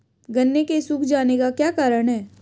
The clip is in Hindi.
गन्ने के सूख जाने का क्या कारण है?